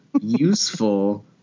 useful